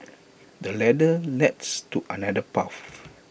the ladder leads to another path